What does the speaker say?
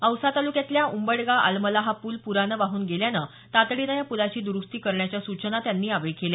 औसा तालुक्यातला उंबडगा आलमला हा पूल पुरानं वाहून गेल्यानं तातडीनं या पुलाची दुरुस्ती करण्याच्या सूचना त्यांनी यावेळी केल्या